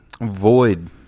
Void